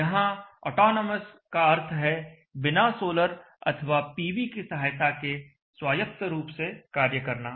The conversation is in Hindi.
यहाँ ऑटोनोमस का अर्थ है बिना सोलर अथवा पीवी की सहायता के स्वायत्त रूप से कार्य करना